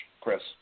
Chris